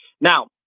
Now